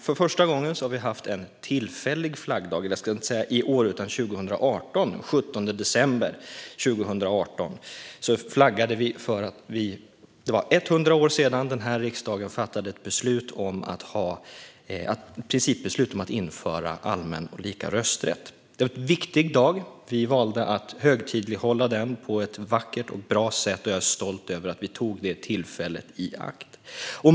För första gången har vi haft en tillfällig flaggdag den 17 december 2018. Då flaggade vi för att det var 100 år sedan denna riksdag fattade ett principbeslut om att införa allmän och lika rösträtt. Det var en viktig dag. Vi valde att högtidlighålla den på ett vackert och bra sätt, och jag är stolt över att vi tog detta tillfälle i akt.